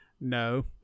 No